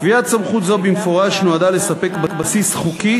קביעת סמכות זו במפורש נועדה לספק בסיס חוקי